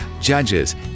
Judges